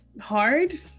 hard